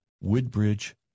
Woodbridge